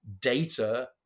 data